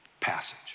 passage